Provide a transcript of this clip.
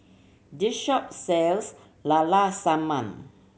this shop sells la la sanum